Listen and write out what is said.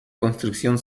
construcción